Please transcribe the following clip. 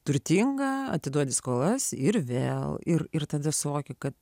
turtingą atiduodi skolas ir vėl ir ir tada suvokiu kad